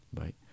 right